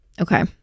Okay